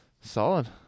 Solid